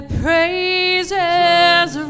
praises